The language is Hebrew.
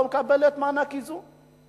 לא מקבלת מענק איזון,